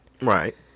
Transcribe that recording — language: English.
Right